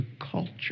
culture